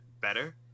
better